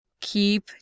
Keep